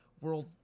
World